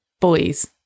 boys